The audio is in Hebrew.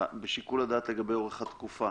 בשיקול הדעת לגבי אורך התקופה